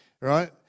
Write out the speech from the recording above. right